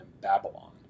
Babylon